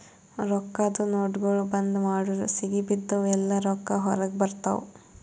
ರೊಕ್ಕಾದು ನೋಟ್ಗೊಳ್ ಬಂದ್ ಮಾಡುರ್ ಸಿಗಿಬಿದ್ದಿವ್ ಎಲ್ಲಾ ರೊಕ್ಕಾ ಹೊರಗ ಬರ್ತಾವ್